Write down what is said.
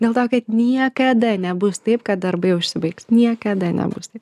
dėl to kad niekada nebus taip kad darbai užsibaigs niekada nebus taip